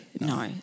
No